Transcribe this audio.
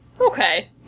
Okay